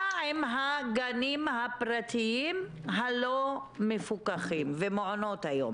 מה עם הגנים הפרטיים הלא מפוקחים ומעונות היום?